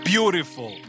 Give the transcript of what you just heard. Beautiful